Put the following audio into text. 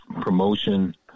promotion